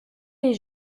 des